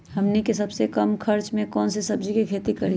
हमनी के सबसे कम खर्च में कौन से सब्जी के खेती करी?